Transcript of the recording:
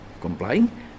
complying